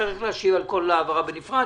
תצטרך להשיב על כל העברה בנפרד.